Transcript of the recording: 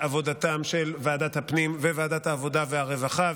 עבודתן של ועדת הפנים וועדת העבודה והרווחה,